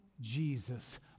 Jesus